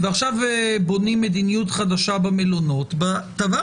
ועכשיו בונים מדיניות חדשה במלונות בדבר